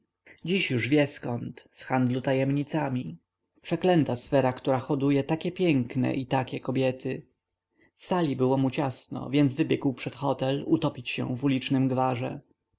dziś już wie zkąd z handlu tajemnicami przeklęta sfera która hoduje takie piękne i takie kobiety w sali było mu ciasno więc wybiegł przed hotel utopić się w ulicznym